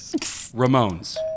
Ramones